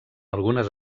algunes